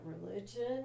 religion